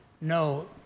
No